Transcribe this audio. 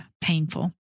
painful